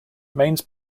mains